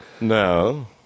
No